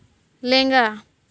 ᱞᱮᱸᱜᱟ